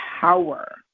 power